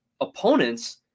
opponents